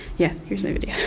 yeah. here's my video.